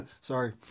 Sorry